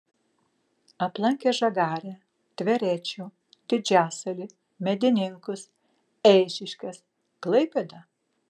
aplankė žagarę tverečių didžiasalį medininkus eišiškes klaipėdą